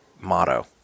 motto